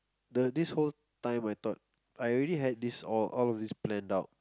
the this whole time I thought I already had these all all of these planned out